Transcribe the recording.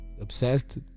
obsessed